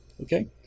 okay